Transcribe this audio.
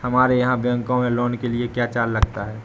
हमारे यहाँ बैंकों में लोन के लिए क्या चार्ज लगता है?